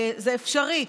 זה אפשרי,